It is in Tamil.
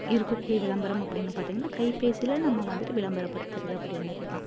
இருக்க கூடிய விளம்பரம் அப்படினு பார்த்திங்கன்னா கைபேசியில நம்ம வந்துட்டு விளம்பரப்படுத்துறது அப்படிங்கிறது தான்